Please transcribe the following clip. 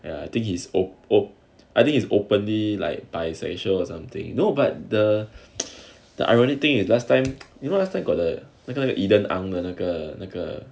ya I think he's oh oh I think is openly like bisexual or something you know but the the ironic thing you last time you know last time got the because the eden ang 的那个那个